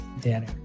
dinner